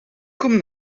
cwm